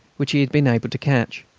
which he had been able to catch.